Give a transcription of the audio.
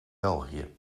belgië